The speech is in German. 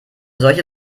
solche